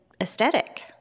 aesthetic